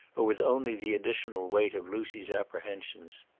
or with only the additional weight of lucy's apprehensions.